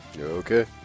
okay